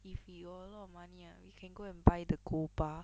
if you a lot of money ah you can go and buy the gold bar